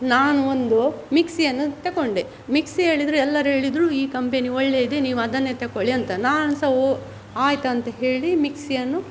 ನಾನು ಒಂದು ಮಿಕ್ಸಿಯನ್ನು ತಕೊಂಡೆ ಮಿಕ್ಸಿ ಹೇಳಿದರೆ ಎಲ್ಲರೂ ಹೇಳಿದರು ಈ ಕಂಪೆನಿ ಒಳ್ಳೆ ಇದೆ ನೀವು ಅದನ್ನೇ ತಗೊಳ್ಳಿ ಅಂತ ನಾನು ಸಹ ಹೊ ಆಯಿತಂತ ಹೇಳಿ ಮಿಕ್ಸಿಯನ್ನು